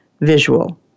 visual